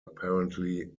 apparently